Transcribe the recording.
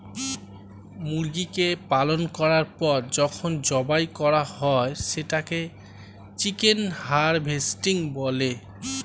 মুরগিকে পালন করার পর যখন জবাই করা হয় সেটাকে চিকেন হারভেস্টিং বলে